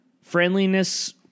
Friendliness